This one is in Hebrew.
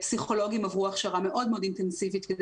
ופסיכולוגים עברו הכשרה מאוד מאוד אינטנסיבית כדי